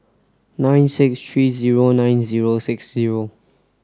nine six three zero nine zero six zero